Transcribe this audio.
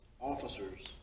officers